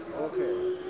Okay